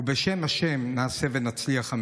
ובשם השם נעשה ונצליח.